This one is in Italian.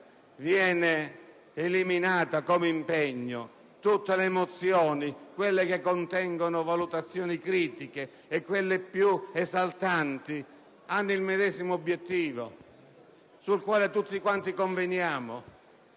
viene eliminata, tutte le mozioni (sia quelle che contengono valutazioni critiche che quelle più esaltanti) avranno il medesimo obiettivo, sul quale tutti conveniamo.